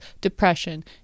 depression